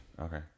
Okay